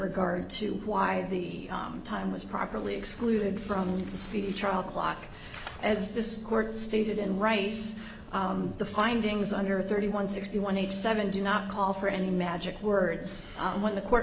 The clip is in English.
regard to why the time was properly excluded from the speedy trial clock as this court stated in rice the findings under thirty one sixty one eighty seven do not call for any magic words when the court